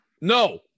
no